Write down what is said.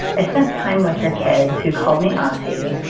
i spent time with her kids, who called me auntie.